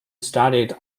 studied